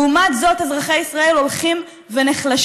לעומת זאת, אזרחי ישראל הולכים ונחלשים.